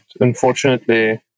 unfortunately